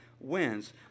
wins